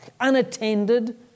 unattended